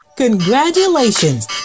Congratulations